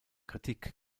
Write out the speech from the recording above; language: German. kritik